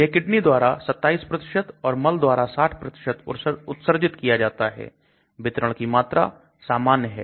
यह किडनी द्वारा 27 और मल द्वारा 60 उत्सर्जित किया जाता है वितरण की मात्रा सामान्य है